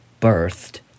birthed